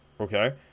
Okay